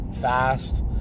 fast